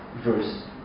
verse